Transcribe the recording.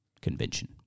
convention